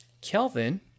Kelvin